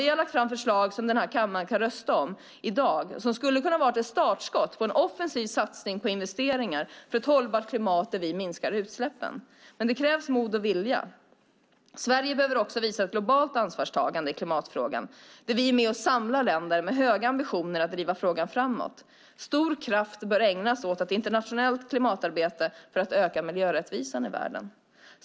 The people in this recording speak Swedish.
Vi har lagt fram förslag som den här kammaren kan rösta om i dag och som skulle kunna vara ett startskott för en offensiv satsning på investeringar för ett hållbart klimat där vi minskar utsläppen. Men det krävs mod och vilja. Sverige behöver också visa ett globalt ansvarstagande i klimatfrågan där vi är med och samlar länder med höga ambitioner att driva frågan framåt. Stor kraft bör ägnas åt ett internationellt klimatarbete för att öka miljörättvisan i världen.